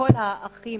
לכל האחים